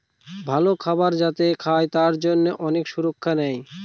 ভালো খাবার যাতে খায় তার জন্যে অনেক সুরক্ষা নেয়